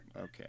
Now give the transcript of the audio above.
okay